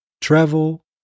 travel